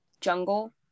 jungle